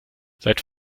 seit